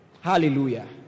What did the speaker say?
Hallelujah